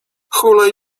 hulaj